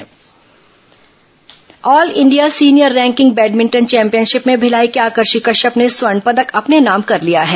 राष्ट्रीय championship all India senior ranking badminton championship में भिलाई की आकर्षि कश्यप ने स्वर्ण पदक अपने नाम कर लिया है